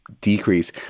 decrease